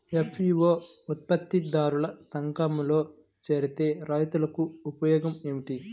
FPO ఉత్పత్తి దారుల సంఘములో చేరితే రైతులకు ఉపయోగము ఏమిటి?